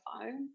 phone